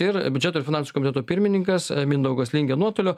ir biudžeto finansų komiteto pirmininkas mindaugas lingė nuotoliu